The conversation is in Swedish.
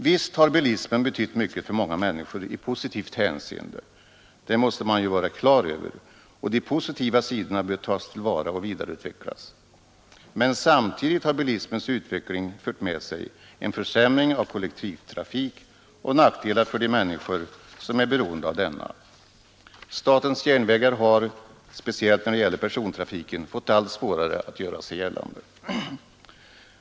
Visst har bilismen betytt mycket för många människor i positivt hänseende — det måste man ju vara klar över — och de positiva sidorna bör tas till vara och vidareutvecklas. Men samtidigt har bilismens utveckling fört med sig en försämring av kollektivtrafiken och nackdelar för de människor som är beroende av denna. Statens järnvägar har, speciellt när det gällt persontrafiken, fått allt svårare att göra sig gällande.